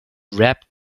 wrapped